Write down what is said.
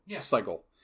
cycle